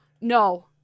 No